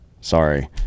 sorry